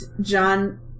John